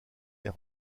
est